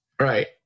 Right